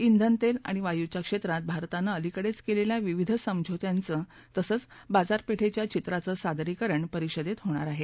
इंधन तेल आणि वायू च्या क्षेत्रात भारताने अलीकडेच केलेल्या विविध समझोत्यांचं तसंच बाजारपेठेच्या चित्राचं सादरीकरण परिषदेत होणार आहे